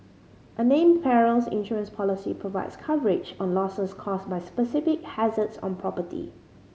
a named perils insurance policy provides coverage on losses caused by specific hazards on property